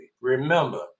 remember